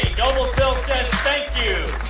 noblesville says thank you